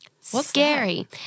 scary